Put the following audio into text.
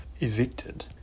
evicted